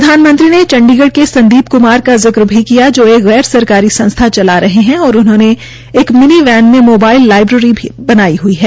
प्रधानमंत्री ने चंडीगढ़ के संदीप क्मार का जिक्र भी किया जो एक गैर सरकारी संस्था चला रहे है और उन्होंने एक मिनी वैन में मोबाइल लाईब्रेरी बनाई हई है